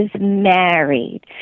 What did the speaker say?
married